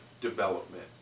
development